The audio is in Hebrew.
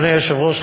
אדוני היושב-ראש,